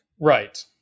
right